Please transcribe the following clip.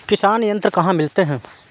किसान यंत्र कहाँ मिलते हैं?